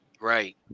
Right